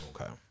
Okay